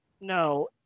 No